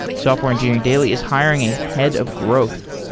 software engineering daily is hiring a head of growth.